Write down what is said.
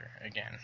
again